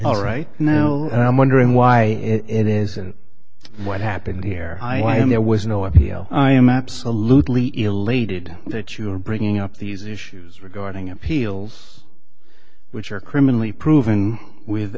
all right now and i'm wondering why it isn't what happened here i am there was no appeal i am absolutely elated that you are bringing up these issues regarding appeals which are criminally proven with